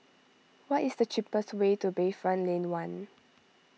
what is the cheapest way to Bayfront Lane one